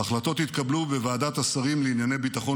ההחלטות התקבלו בוועדת השרים לענייני ביטחון